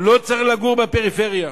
לא צריך לגור בפריפריה.